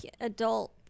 adult